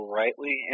rightly